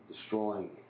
destroying